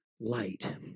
light